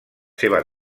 seves